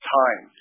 time